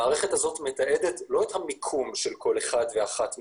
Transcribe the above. המערכת הזאת מתעדת לא את המיקום של כל אחד ואחת מאיתנו,